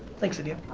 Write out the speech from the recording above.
thanks, india.